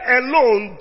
alone